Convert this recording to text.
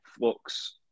looks